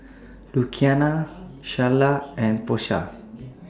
Luciana Sharla and Porsha